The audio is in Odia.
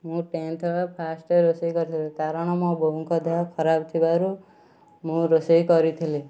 ମୋ ଟେନଥ୍ ବେଳେ ଫାଷ୍ଟ ରୋଷେଇ କରିଥିଲି କାରଣ ମୋ ବୋଉଙ୍କ ଦେହ ଖରାପ ଥିବାରୁ ମୁଁ ରୋଷେଇ କରିଥିଲି